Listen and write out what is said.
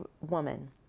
woman